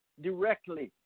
directly